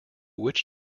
which